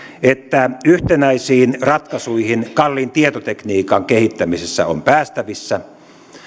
että yhtenäisiin ratkaisuihin kalliin tietotekniikan kehittämisessä on päästävissä